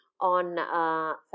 on